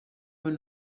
bon